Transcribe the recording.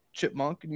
Chipmunk